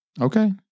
Okay